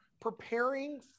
preparing